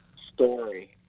story